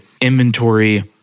inventory